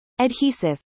Adhesive